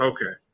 Okay